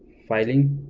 filing